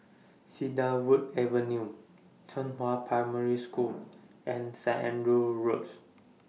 Cedarwood Avenue Zhenghua Primary School and Saint Andrew's Road